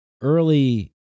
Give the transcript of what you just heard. early